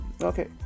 okay